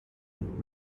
und